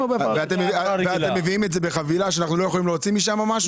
ואתם מביאים את זה בחבילה שאנחנו לא יכולים להוציא משם משהו,